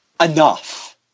enough